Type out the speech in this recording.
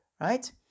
right